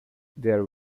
there